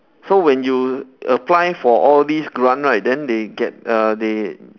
so when you apply for all these grant right then they get uh they